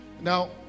now